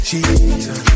Jesus